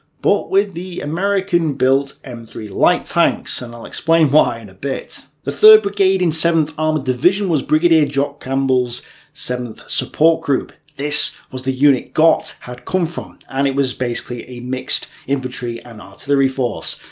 but with american built m three light tanks. and i'll explain why in a bit. the third brigade in seventh armoured division was brigadier jock campbell's seventh support group. this was the unit gott had come from, and it was basically a mixed infantry and artillery force.